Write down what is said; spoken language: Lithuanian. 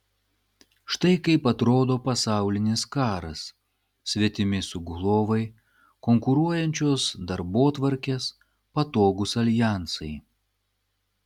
štai kaip atrodo pasaulinis karas svetimi sugulovai konkuruojančios darbotvarkės patogūs aljansai